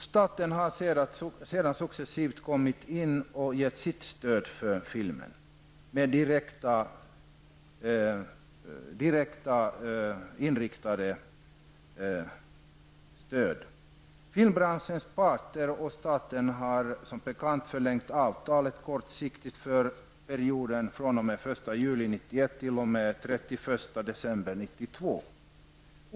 Staten har därefter successivt gett medel till filmen genom direkt stöd. Filmbranschens parter och staten har som bekant förlängt avtalet från den 1 juli 1991 t.o.m. den 31 december 1992.